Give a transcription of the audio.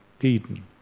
Eden